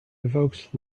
evokes